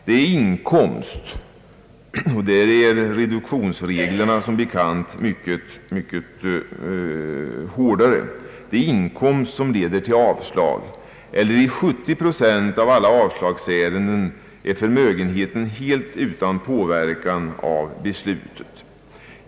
Det är oftast inkomst — och där är reduktionsreglerna som bekant mycket hårdare — som leder till avslag. I 70 procent av alla avslagsärenden saknar förmögenheten helt inverkan på beslutet.